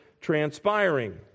transpiring